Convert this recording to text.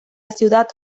ciudad